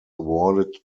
awarded